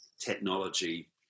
technology